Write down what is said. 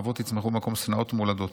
אהבות יצמחו במקום שנאות מולדות.